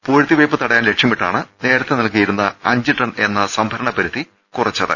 പൂഴ്ത്തി വെയ്പ്പ് തടയാൻ ലക്ഷ്യമിട്ടാണ് നേരത്തെ നൽകിയിരുന്ന അഞ്ച് ടൺ എന്ന സംഭരണ പരിധി കുറച്ചത്